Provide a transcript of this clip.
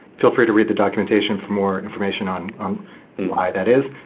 feel free to read the documentation for more information on why that is.